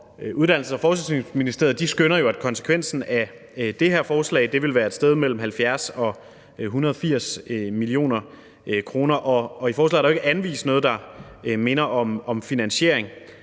Uddannelses- og Forskningsministeriet skønner jo, at konsekvensen af det her forslag vil være et sted mellem 70 og 180 mio. kr., og i forslaget er der ikke anvist noget, der minder om en finansiering,